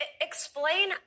Explain